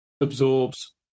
absorbs